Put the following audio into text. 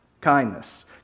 kindness